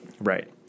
Right